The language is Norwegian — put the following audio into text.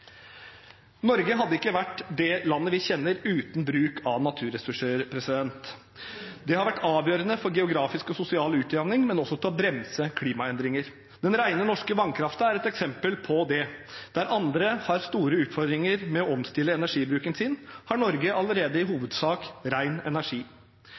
Norge hadde ikke vært det landet vi kjenner uten bruk av naturressurser. De har vært avgjørende for geografisk og sosial utjevning, men også for å bremse klimaendringer. Den rene norske vannkraften er et eksempel på dette. Der andre har store utfordringer med å omstille energibruken sin, har Norge allerede i hovedsak ren energi.